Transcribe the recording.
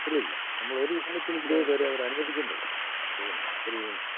ഇല്ലില്ല നമ്മളൊരു യൂണിറ്റിനിരുപത് പേരേ അവരനുവദിക്കുന്നുള്ളു അതു കൊണ്ടാണ് ഒരു യൂണിറ്റ്